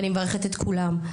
ואני מברכת את כולם.